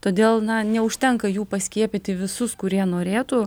todėl na neužtenka jų paskiepyti visus kurie norėtų